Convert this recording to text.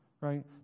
right